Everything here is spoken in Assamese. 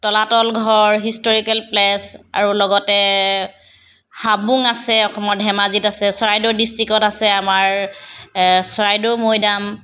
তলাতল ঘৰ হিষ্টৰিকেল প্লেছ আৰু লগতে হাবুং আছে অসমত ধেমাজিত আছে চৰাইদেউ ডিষ্ট্ৰিক্টত আছে আমাৰ এ চৰাইদেউ মৈদাম